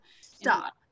Stop